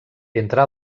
entre